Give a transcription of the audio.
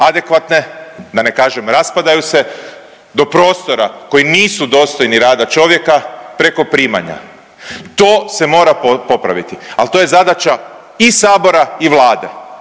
adekvatne, da ne kažem raspadaju se, do prostora koji nisu dostojni rada čovjeka preko primanja. To se mora popraviti, al to je zadaća i Sabora i Vlade,